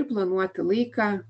planuoti laiką